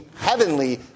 heavenly